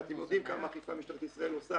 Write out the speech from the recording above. ואתם יודעים כמה אכיפה משטרת ישראל עושה